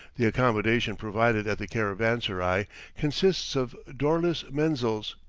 the accommodation provided at the caravanserai consists of doorless menzils,